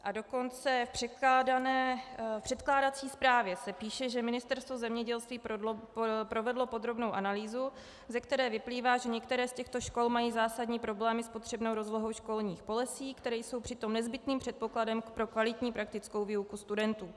A dokonce v předkládací zprávě se píše, že Ministerstvo zemědělství provedlo podrobnou analýzu, ze které vyplývá, že některé z těchto škol mají zásadní problémy s potřebnou rozlohou školních polesí, které jsou přitom nezbytným předpokladem pro kvalitní praktickou výuku studentů.